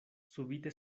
subite